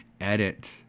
edit